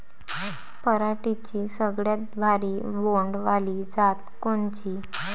पराटीची सगळ्यात भारी बोंड वाली जात कोनची?